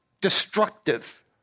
destructive